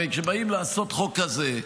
הרי כשבאים לעשות חוק כזה,